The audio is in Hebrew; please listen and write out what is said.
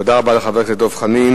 תודה רבה לחבר הכנסת דב חנין.